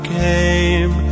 came